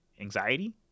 anxiety